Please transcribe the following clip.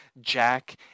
Jack